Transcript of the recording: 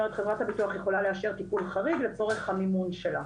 זאת אומרת חברת הביטוח יכולה לאשר טיפול חריג לצורך המימון שלה.